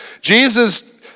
Jesus